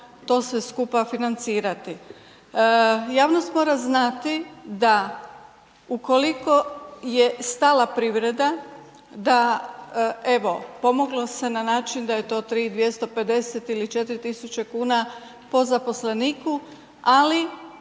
to sve skupa financirati. Javnost mora znati da ukoliko je stala privreda da, evo pomoglo se na način da je to 3.250,00 ili 4.000,00 kn po zaposleniku, ali